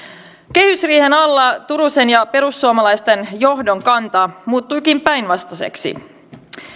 kehysriihen alla turusen ja perussuomalaisten johdon kanta muuttuikin päinvastaiseksi